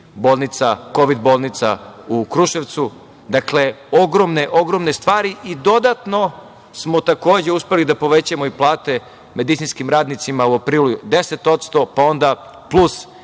se i kovid bolnica u Kruševcu, dakle ogromne stvari. Dodatno smo takođe uspeli da povećamo i plate medicinskim radnicima u aprilu 10%, pa onda plus